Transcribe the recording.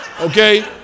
Okay